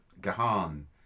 Gahan